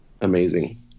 amazing